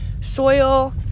soil